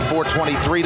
423